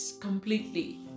completely